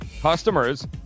customers –